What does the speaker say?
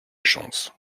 chance